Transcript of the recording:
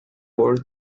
por